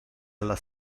alla